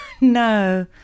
no